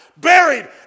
Buried